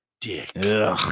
dick